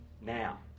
now